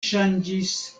ŝanĝis